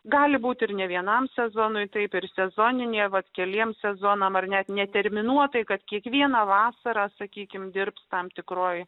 gali būti ir ne vienam sezonui tai per sezoninė vat keliems sezonams ar net neterminuotai kad kiekvieną vasarą sakykime dirbti tam tikroje